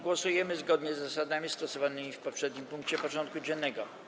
Głosujemy zgodnie z zasadami stosowanymi w poprzednim punkcie porządku dziennego.